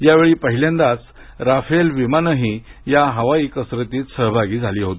यावेळी पहिल्यांदाच राफेल विमानेही या हवाई कसरतीत सहभागी झाली होती